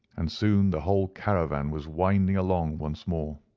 and soon the whole caravan was winding along once more.